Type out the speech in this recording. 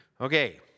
Okay